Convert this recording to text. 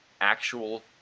actual